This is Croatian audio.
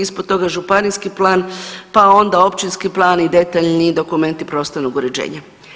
Ispod toga županijski plan, pa onda općinski plan i detaljni dokumenti prostornog uređenja.